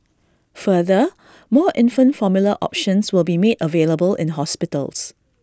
further more infant formula options will be made available in hospitals